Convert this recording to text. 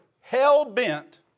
hell-bent